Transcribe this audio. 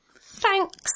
Thanks